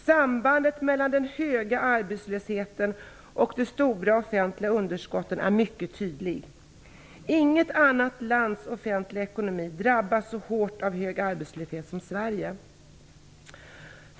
Sambandet mellan den höga arbetslösheten och de stora offentliga underskotten är mycket tydligt. Inget annat lands offentliga ekonomi drabbas så hårt av hög arbetslöshet som Sveriges.